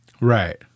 right